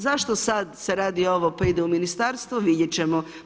Zašto sad se radi ovo pa ide u ministarstvo, vidjeti ćemo.